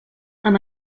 amb